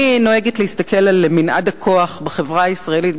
אני נוהגת להסתכל על מנעד הכוח בחברה הישראלית